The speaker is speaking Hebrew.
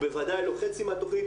הוא בוודאי לא חצי מהתכנית.